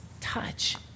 touch